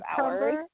hours